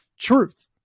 truth